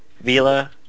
Vila